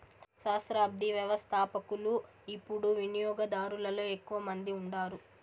సహస్రాబ్ది వ్యవస్థపకులు యిపుడు వినియోగదారులలో ఎక్కువ మంది ఉండారు